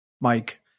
Mike